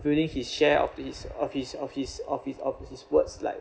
fulfilling his share of his of his of his of his of his words like